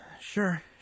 Sure